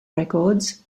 records